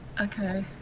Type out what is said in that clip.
okay